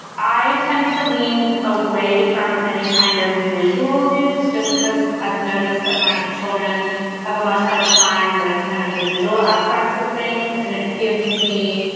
i tend to lean away from any kind of visual news just because i've noticed that my children have a much harder time with kind of the visual aspects of things. and it gives me,